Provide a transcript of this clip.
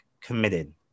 committed